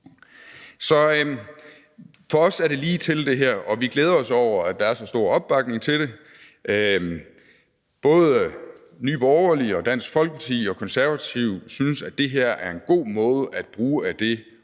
Så for os er det her ligetil, og vi glæder os over, at der er så stor opbakning til det. Både Nye Borgerlige og Dansk Folkeparti og De Konservative synes, at det her er en god måde at bruge af det råderum,